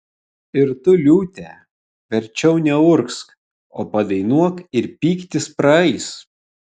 ir tu liūte verčiau neurgzk o padainuok ir pyktis praeis